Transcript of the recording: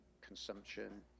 consumption